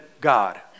god